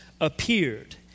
appeared